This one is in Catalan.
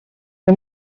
que